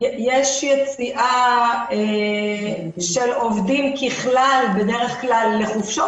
יש יציאה של עובדים ככלל בדרך כלל לחופשות